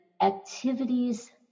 activities